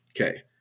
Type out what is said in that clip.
Okay